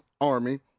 Army